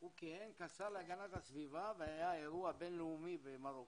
הוא כיהן כשר להגנת הסביבה והיה אירוע בינלאומי במרוקו.